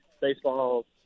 baseball